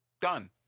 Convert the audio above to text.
Done